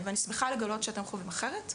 ואני שמחה לגלות שאתם חווים אחרת,